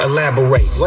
Elaborate